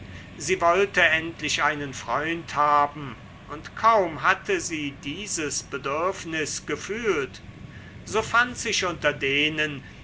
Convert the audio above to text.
sie wollte endlich einen freund haben und kaum hatte sie dieses bedürfnis gefühlt so fand sich unter denen